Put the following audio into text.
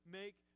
make